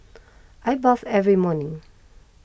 I bathe every morning